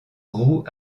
roue